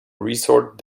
resort